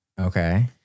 Okay